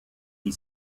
die